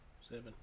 Seven